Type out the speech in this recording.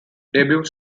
debut